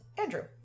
Andrew